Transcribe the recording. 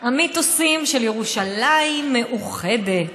המיתוסים של ירושלים מאוחדת.